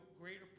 greater